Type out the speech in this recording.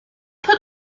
put